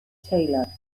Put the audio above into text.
taylor